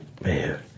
Man